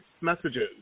messages